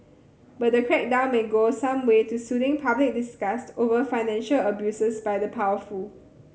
but the crackdown may go some way to soothing public disgust over financial abuses by the powerful